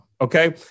okay